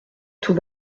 tout